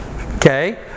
Okay